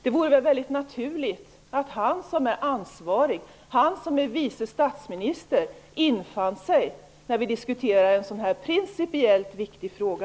Det vore naturligt att Bengt Westerberg, som är ansvarig och vice statsminister, infann sig när vi diskuterar en sådan här principiellt viktig fråga.